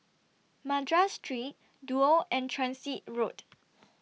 Madras Street Duo and Transit Road